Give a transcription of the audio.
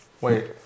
Wait